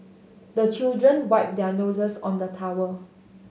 the children wipe their noses on the towel